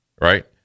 right